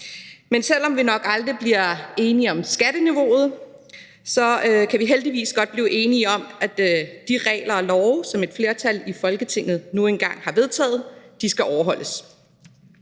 Men selv om vi nok aldrig bliver enige om skatteniveauet, kan vi heldigvis godt blive enige om, at de regler og love, som et flertal i Folketinget nu engang har vedtaget, skal overholdes.